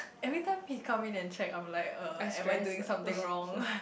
every time he come in and check I'm like uh am I doing something wrong